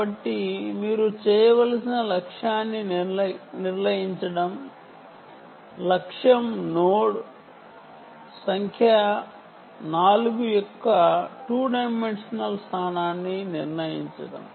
కాబట్టి ఇప్పుడు మీరు చేయవలసినది నోడ్ సంఖ్య 4 యొక్క 2 డైమెన్షనల్ స్థానాన్ని నిర్ణయించడం